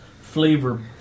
flavor